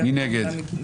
הצבעה לא אושרה.